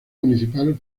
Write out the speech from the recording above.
municipal